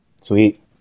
Sweet